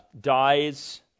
dies